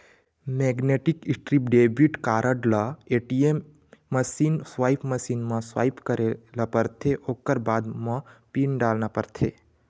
magnetic strip debit card ल ATM machine, swipe machine म swipe करे ल परथे ओखर बाद म पिन डालना परथे